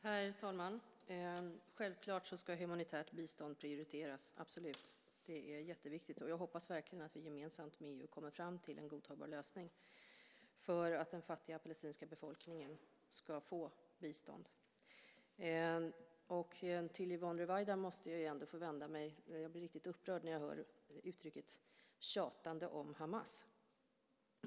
Herr talman! Självklart ska humanitärt bistånd prioriteras. Det är jätteviktigt. Jag hoppas verkligen att vi gemensamt med EU kommer fram till en godtagbar lösning för att den fattiga palestinska befolkningen ska få bistånd. Jag måste vända mig till Yvonne Ruwaida. Jag blir riktigt upprörd när jag hör uttrycket: tjatande om Hamas.